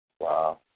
Wow